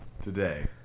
Today